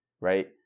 right